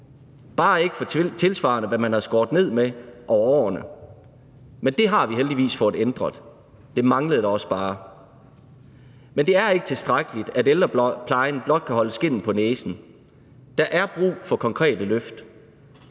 bare ikke for tilsvarende af, hvad man havde skåret ned med over årene. Men det har vi heldigvis fået ændret; det manglede da også bare. Men det er ikke tilstrækkeligt, at ældreplejen blot kan holde skindet på næsen. Der er brug for konkrete løft,